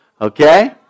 Okay